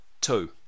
Two